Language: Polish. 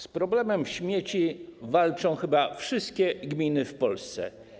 Z problemem śmieci walczą chyba wszystkie gminy w Polsce.